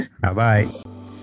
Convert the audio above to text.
Bye-bye